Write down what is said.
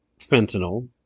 fentanyl